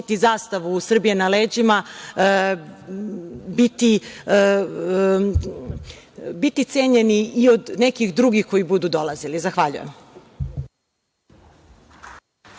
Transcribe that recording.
zastavu Srbije na leđima, biti cenjeni i od nekih drugih koji budu dolazili. Zahvaljujem.